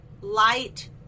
light